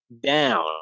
down